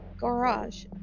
garage